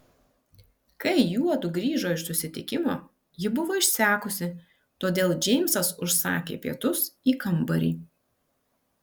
kai juodu grįžo iš susitikimo ji buvo išsekusi todėl džeimsas užsakė pietus į kambarį